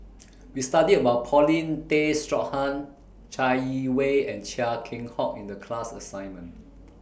We studied about Paulin Tay Straughan Chai Yee Wei and Chia Keng Hock in The class assignment